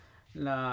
la